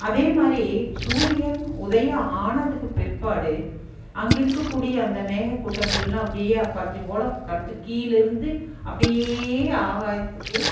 அதே மாதிரி சூரியன் உதயம் ஆனதுக்கு பிற்பாடு அங்கிருக்கக்கூடிய அந்த மேகக்கூட்டங்கள்லாம் அப்படியே பஞ்சு போல் கரஞ்சு கீழேருந்து அப்படியே ஆகாயத்துக்கு